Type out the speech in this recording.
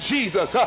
Jesus